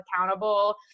accountable